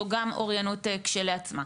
זו גם אוריינות כשלעצמה,